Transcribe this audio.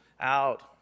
out